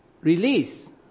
release